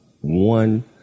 one